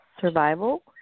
survival